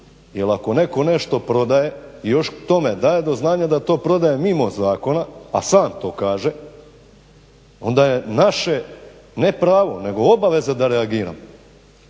jer ako netko nešto prodaje i još k tome daje do znanja da još to prodaje mimo zakona, a sam to kaže, onda je naše ne pravo, nego obaveza da reagiramo.